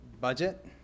budget